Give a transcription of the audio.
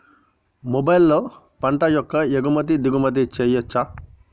మొబైల్లో పంట యొక్క ఎగుమతి దిగుమతి చెయ్యచ్చా?